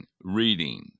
reading